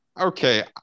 okay